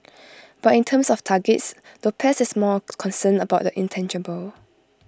but in terms of targets Lopez is more concerned about the intangible